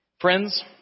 Friends